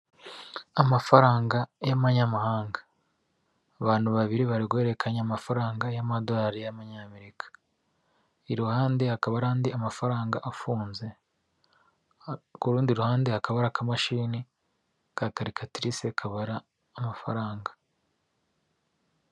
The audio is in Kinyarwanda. Amafaranga y'amanyamahanga, abantu babiri bari guhererekanya amafaranga y'amadorari y'amanyamerika, iruhande hakaba hari andi amafaranga afunze, ku rundi ruhande hakaba hari akamashini ka karikatirise kabara amafaranga.